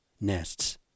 nests